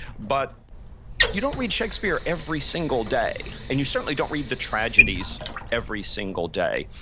but you don't read shakespeare every single day and you certainly don't read the tragedies every single day.